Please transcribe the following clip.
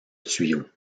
tuyaux